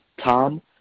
Tom